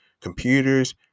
computers